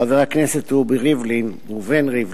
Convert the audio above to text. חבר הכנסת רובי ריבלין, ראובן ריבלין,